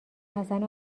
حسن